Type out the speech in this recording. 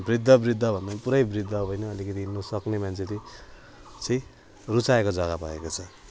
वृद्ध वृद्ध भन्दा नि पुरै वृद्ध होइन अलिकति हिँड्नु सक्ने मान्छेले चाहिँ रुचाएको जग्गा भएको छ